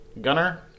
gunner